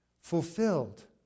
fulfilled